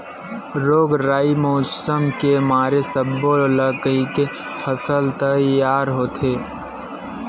रोग राई, मउसम के मार सब्बो ल सहिके फसल ह तइयार होथे